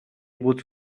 able